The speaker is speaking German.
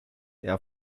air